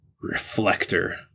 Reflector